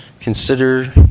Consider